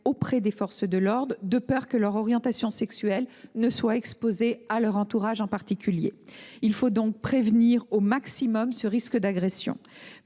auprès des forces de l’ordre, de peur que leur orientation sexuelle ne soit exposée, en particulier à leur entourage. Il faut donc prévenir au maximum ce risque d’agressions.